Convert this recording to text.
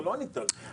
אתה לא ענית על זה.